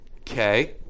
okay